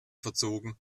verzogen